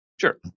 sure